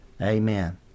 Amen